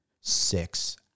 six